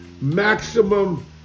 maximum